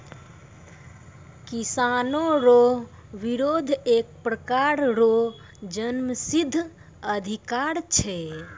किसानो रो बिरोध एक प्रकार रो जन्मसिद्ध अधिकार छै